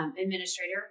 Administrator